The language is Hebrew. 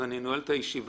ואז אני נועל את הישיבה.